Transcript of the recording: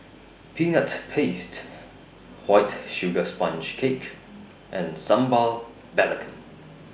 Peanut Paste White Sugar Sponge Cake and Sambal Belacan